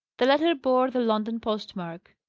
the letter bore the london post-mark.